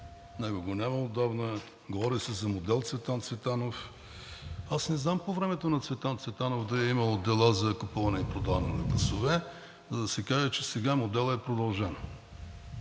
него отдавна го няма, говори се за модел „Цветан Цветанов“. Аз не знам по времето на Цветан Цветанов да е имало дела за купуване и продаване на гласове, за да се каже, че моделът е продължен.